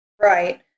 Right